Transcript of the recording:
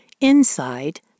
inside